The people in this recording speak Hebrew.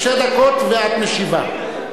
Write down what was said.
שתי דקות ואת משיבה,